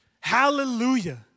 Hallelujah